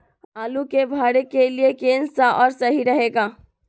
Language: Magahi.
आलू के भरे के लिए केन सा और सही रहेगा?